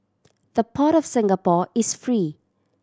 the Port of Singapore is free